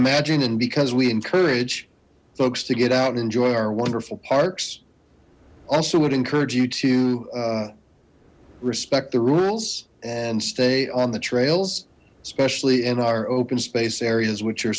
imagine and because we encourage folks to get out and enjoy our wonderful parks also would encourage you to respect the rules and stay on the trails especially in our open space areas which are